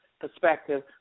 perspective